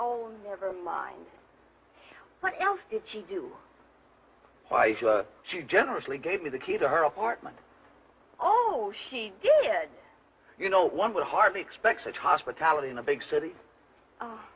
oh never mind what else did she do she generously gave me the key to her apartment oh she did you know one would hardly expect such hospitality in a big city